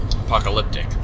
apocalyptic